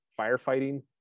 firefighting